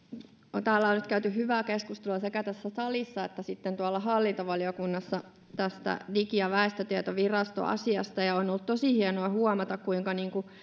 nyt on käyty hyvää keskustelua sekä tässä salissa että tuolla hallintovaliokunnassa tästä digi ja väestötietovirasto asiasta ja on ollut tosi hienoa huomata kuinka